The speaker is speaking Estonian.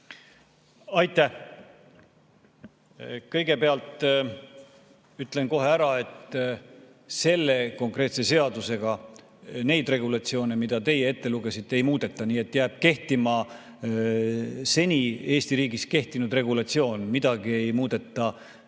Aitäh! Kõigepealt ütlen kohe ära, et selle konkreetse seadusega neid regulatsioone, mida te ette lugesite, ei muudeta. Nii et jääb kehtima seni Eesti riigis kehtinud regulatsioon, midagi ei muudeta